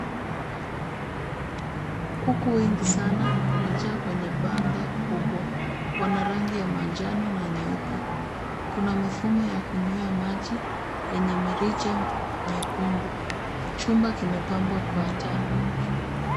Kuku wengi sana wamejaa kwenye banda kubwa. Wana rangi ya manjano na nyeupe. Kuna mifumo ya kunywea maji yenye mirija nyekundu. Chumba kimepambwa kwa taa.